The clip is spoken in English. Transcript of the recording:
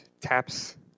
taps